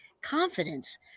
confidence